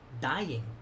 dying